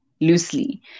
loosely